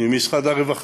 ממשרד הרווחה.